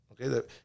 okay